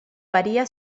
varia